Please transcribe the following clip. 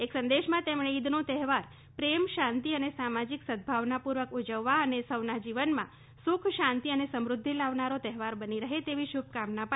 એક સંદેશમાં તેમણે ઇદનો તહેવાર પ્રેમ શાંતિ અને સામાજિક સદ્દભાવનાપૂર્વક ઉજવવા અને સૌના જીવનમાં સુખ શાંતિ અને સમૃદ્ધિ લાવનારો તહેવાર બની રહે તેવી શુભકામના પાઠવી છે